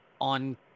on